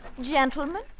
Gentlemen